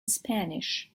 spanish